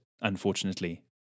unfortunately